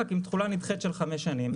רק עם תכולה נדחית של חמש שנים".